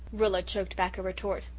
rilla choked back a retort.